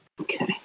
Okay